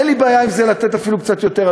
אין לי בעיה עם לתת אפילו קצת יותר,